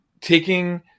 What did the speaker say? taking